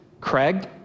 Craig